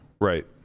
Right